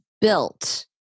built